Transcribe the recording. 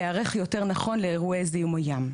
להיערך יותר נכון לאירועי זיהום הים.